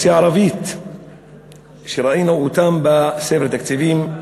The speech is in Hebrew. באוכלוסייה הערבית שראינו בספר התקציבים: